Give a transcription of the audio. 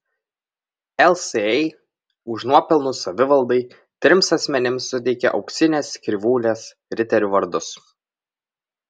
lsa už nuopelnus savivaldai trims asmenims suteikė auksinės krivūlės riterių vardus